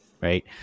right